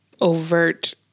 overt